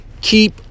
keep